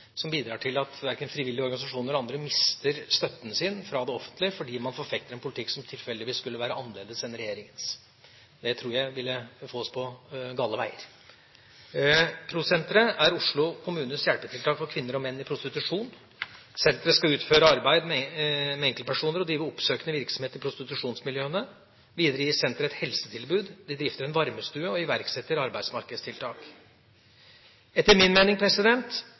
som bidrar til at verken frivillige organisasjoner eller andre mister støtten fra det offentlige fordi man forfekter en politikk som tilfeldigvis skulle være annerledes enn regjeringas. Det tror jeg ville få oss på gale veier. PRO Sentret er Oslo kommunes hjelpetiltak for kvinner og menn i prostitusjon. Senteret skal utføre arbeid med enkeltpersoner og drive oppsøkende virksomhet i prostitusjonsmiljøene. Videre gir senteret et helsetilbud, det drifter en varmestue og iverksetter arbeidsmarkedstiltak. Etter min mening